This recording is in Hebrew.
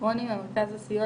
רוני ממרכז הסיוע,